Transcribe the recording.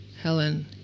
Helen